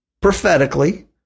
prophetically